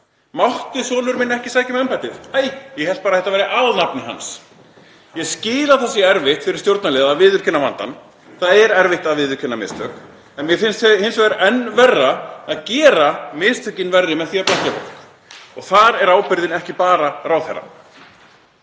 Mátti sonur minn ekki sækja um embættið? Æ, ég hélt bara að þetta væri alnafni hans. Ég skil að það sé erfitt fyrir stjórnarliða að viðurkenna vandann. Það er erfitt að viðurkenna mistök. En mér finnst hins vegar enn verra að gera mistökin verri með því að blekkja fólk. Og þar er ábyrgðin ekki bara ráðherra.